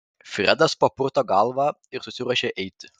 fredas papurto galvą ir susiruošia eiti